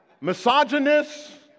misogynist